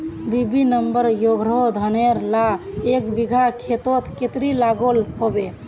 BB number एगारोह धानेर ला एक बिगहा खेतोत कतेरी लागोहो होबे?